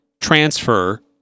transfer